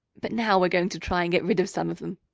but now we're going to try and get rid of some of them.